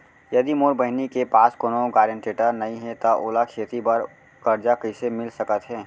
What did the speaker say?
यदि मोर बहिनी के पास कोनो गरेंटेटर नई हे त ओला खेती बर कर्जा कईसे मिल सकत हे?